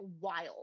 wild